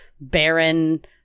barren